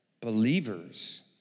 believers